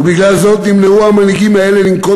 ובגלל זה נמנעו המנהיגים האלה מלנקוט